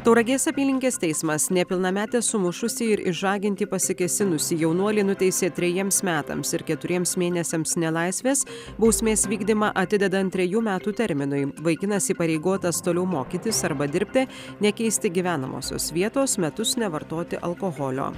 tauragės apylinkės teismas nepilnametę sumušusį ir išžaginti pasikėsinusį jaunuolį nuteisė trejiems metams ir keturiems mėnesiams nelaisvės bausmės vykdymą atidedant trejų metų terminui vaikinas įpareigotas toliau mokytis arba dirbti nekeisti gyvenamosios vietos metus nevartoti alkoholio